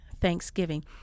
Thanksgiving